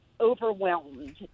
Overwhelmed